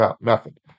method